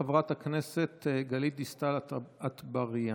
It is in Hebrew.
חברת הכנסת גלית דיסטל אטבריאן.